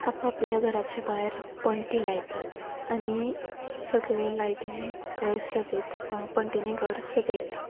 आप आपले घराचे भायर पण्टी लायतात आनी सगले लायटीनी घर सजयतात पण्टीनी घर सजयतात